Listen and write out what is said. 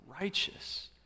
righteous